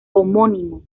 homónimo